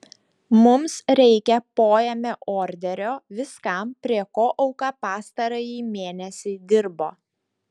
mums reikia poėmio orderio viskam prie ko auka pastarąjį mėnesį dirbo